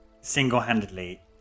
single-handedly